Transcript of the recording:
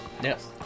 Yes